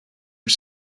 are